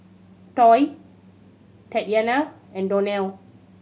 Toy Tatyanna and Donnell